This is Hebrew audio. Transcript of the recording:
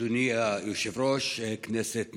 אדוני היושב-ראש, כנסת נכבדה,